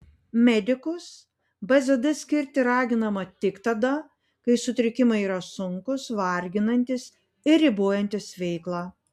medikus bzd skirti raginama tik tada kai sutrikimai yra sunkūs varginantys ir ribojantys veiklą